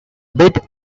bit